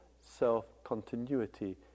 self-continuity